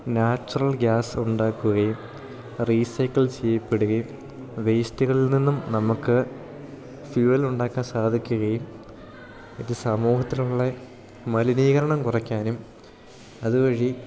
natural ഗ്യാസുണ്ടാക്കുകയും recycle ചെയ്യപ്പെടുകയും വേസ്റ്റുകളിൽ നിന്നും നമുക്ക് ഫ്യുവൽ ഉണ്ടാക്കാൻ സാധിക്കുകയും ഇത് സമൂഹത്തിലുള്ള മലിനീകരണം കുറയ്ക്കാനും അതുവഴി